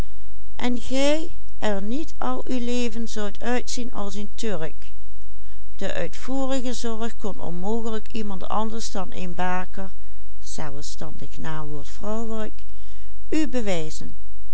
turk die uitvoerige zorg kon onmogelijk iemand anders dan een baker zelfst n w vrouwelijk u bewijzen